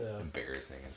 embarrassing